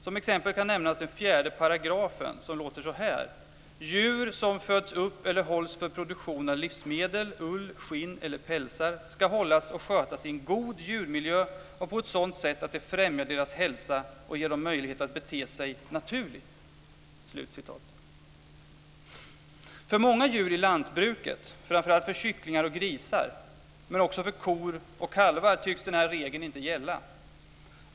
Som exempel kan nämnas lagens 4 §: "Djur som föds upp eller hålls för produktion av livsmedel, ull, skinn eller pälsar skall hållas och skötas i en god djurmiljö och på ett sådant sätt att det främjar deras hälsa och ger dem möjlighet att bete sig naturligt." För många djur i lantbruket, framför allt för kycklingar och grisar men också för kor och kalvar, tycks den här regeln inte gälla.